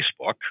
Facebook